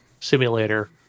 simulator